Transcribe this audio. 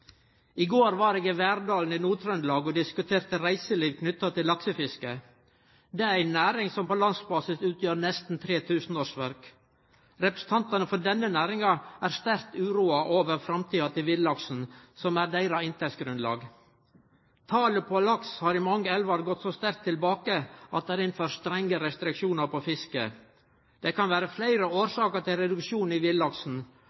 I går var eg i Verdal i Nord-Trøndelag og diskuterte reiseliv knytt til laksefiske. Det er ei næring som på landsbasis utgjer nesten 3 000 årsverk. Representantane for denne næringa er sterkt uroa over framtida til villaksen, som er deira inntektsgrunnlag. Talet på laks har i mange elvar gått så sterkt tilbake at det er innført strenge restriksjonar på fiske. Det kan vere fleire